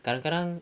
kadang kadang